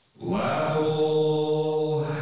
Level